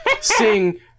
sing